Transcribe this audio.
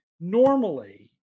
Normally